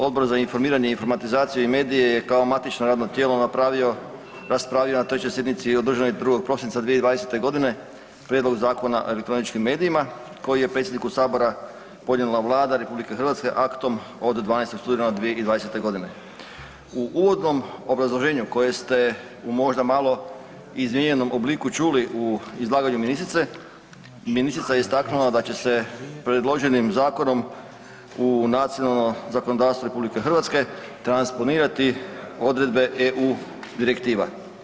Odbor za informiranje, informatizaciju i medije je kao matično radno tijelo napravio, raspravio na 3. sjednici održanoj 2. prosinca 2020. g. Prijedlog Zakona o elektroničkim medijima koji je predsjedniku Sabora podnijela Vlada RH aktom od 12. studenog 2020. g. U uvodnom obrazloženju koje ste u možda malo izmijenjenom obliku čuli u izlaganju ministrice, ministrica je istaknula da će se predloženim Zakonom i nacionalno zakonodavstvo RH transponirati odredbe EU direktiva.